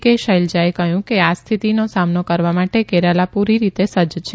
કે શૈલજાએ કહ્યું કે આ સ્થિતનો સામનો કરવા માટે કેરાલા પૂરી રીતે સજ્જ છે